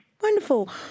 Wonderful